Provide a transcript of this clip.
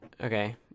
Okay